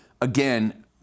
again